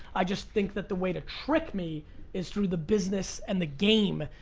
i just think that the way to trick me is through the business and the game.